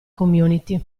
community